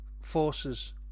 forces